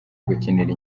gukinira